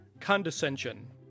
condescension